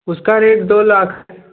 उसका रेट दो लाख है